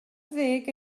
ddeg